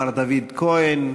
מר דוד כהן,